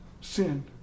sin